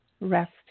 rest